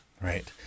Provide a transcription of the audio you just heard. right